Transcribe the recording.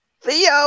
Theo